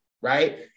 Right